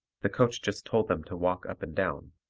the coach just told them to walk up and down.